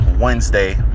Wednesday